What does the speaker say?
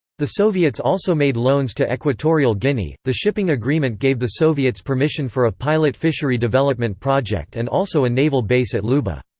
the soviets also made loans to equatorial guinea the shipping agreement gave the soviets permission for a pilot fishery development project and also a naval base at luba.